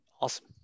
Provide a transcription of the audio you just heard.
Awesome